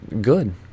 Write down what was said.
good